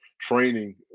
training